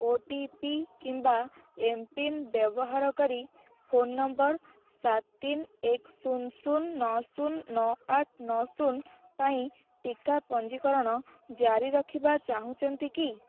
ଓ T P କିମ୍ବା MPIN ବ୍ୟବହାର କରି ଫୋନ୍ ନମ୍ବର୍ ସାତ ତିନ ଏକ ଶୂନ ଶୂନ ନଅ ଶୂନ ନଅ ଆଠ ନଅ ଶୂନ ପାଇଁ ଟିକା ପଞ୍ଜୀକରଣ ଜାରି ରଖିବା ଚାହୁଁଛନ୍ତି କି